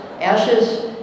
ashes